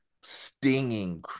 stinging